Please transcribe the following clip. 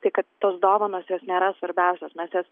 tai kad tos dovanos jos nėra svarbiausios mes jas